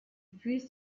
puise